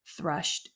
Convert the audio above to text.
thrushed